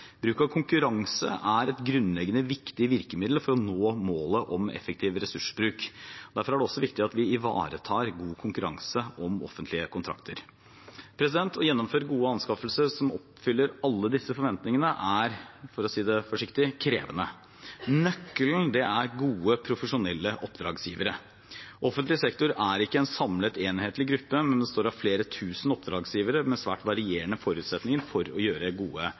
Bruk av konkurranse er et grunnleggende viktig virkemiddel for å nå målet om effektiv ressursbruk. Derfor er det også viktig at vi ivaretar god konkurranse om offentlige kontrakter. Å gjennomføre gode anskaffelser som oppfyller alle disse forventningene, er – for å si det forsiktig – krevende. Nøkkelen er gode, profesjonelle oppdragsgivere. Offentlig sektor er ikke en samlet, enhetlig gruppe, men består av flere tusen oppdragsgivere med svært varierende forutsetninger for å gjøre gode